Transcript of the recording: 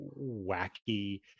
wacky